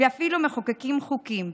ואפילו מחוקקים חוקים,